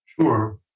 Sure